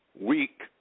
weak